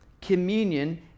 communion